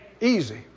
Easy